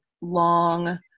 long